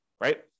right